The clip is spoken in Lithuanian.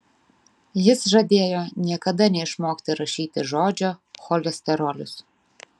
jis žadėjo niekada neišmokti rašyti žodžio cholesterolis